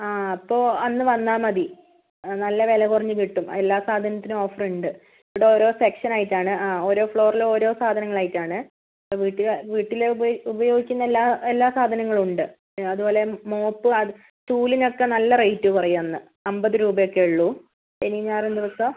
ആ അപ്പോൾ അന്ന് വന്നാൽ മതി നല്ല വില കുറഞ്ഞ് കിട്ടും എല്ലാ സാധനത്തിനും ഓഫർ ഉണ്ട് ഇവിടെ ഓരോ സെക്ഷൻ ആയിട്ടാണ് ആ ഓരോ ഫ്ലോറിൽ ഓരോ സാധനങ്ങൾ ആയിട്ടാണ് വീട്ടിൽ വീട്ടിൽ ഉപയോ ഉപയോഗിക്കുന്ന എല്ലാ എല്ലാ സാധനങ്ങളും ഉണ്ട് അതുപോലെ മോപ്പ് അത് ചൂലിന് ഒക്കെ നല്ല റേറ്റ് കുറയും അന്ന് അമ്പത് രൂപ ഒക്കെ ഉള്ളൂ ശനിയും ഞായറും ദിവസം